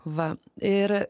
va ir